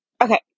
Okay